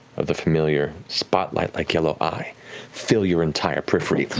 of the familiar spotlight-like yellow eye fill your entire periphery.